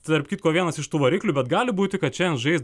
tarp kitko vienas iš tų variklių bet gali būti kad šiandien žai